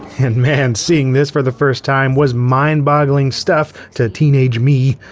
and man, seeing this for the first time was mind-boggling stuff to teenage me.